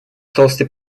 толстый